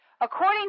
According